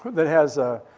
that has, ah,